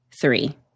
three